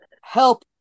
help